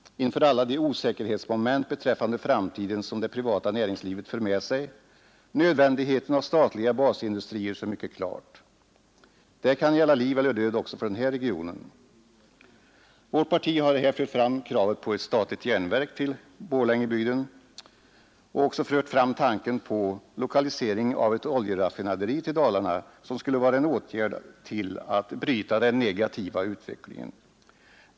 Inför alla de osäkerhetsmoment beträffande framtiden som det privata näringslivet för med sig framstår också vad gäller Kopparbergs län nödvändigheten av statliga basindustrier som mycket klar. Det kan gälla liv eller död också för denna region. Vårt parti har här fört fram kravet på ett statligt järnverk i Borlängebygden, vi har även fört fram tanken på lokalisering av ett oljeraffinaderi till Dalarna, vilket skulle vara en åtgärd som kan bidra till att bryta den negativa utvecklingen.